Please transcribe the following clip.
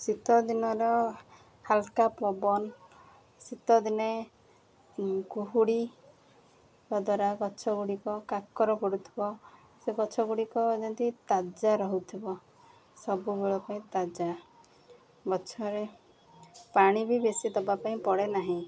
ଶୀତଦିନର ହାଲୁକା ପବନ ଶୀତ ଦିନେ କୁହୁଡ଼ି ଦ୍ୱାରା ଗଛଗୁଡ଼ିକ କାକର ପଡ଼ୁଥିବ ସେ ଗଛ ଗୁଡ଼ିକ ଯେମିତି ତାଜା ରହୁଥିବ ସବୁବେଳ ପାଇଁ ତାଜା ଗଛରେ ପାଣି ବି ବେଶୀ ଦେବା ପାଇଁ ପଡ଼େ ନାହିଁ